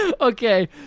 okay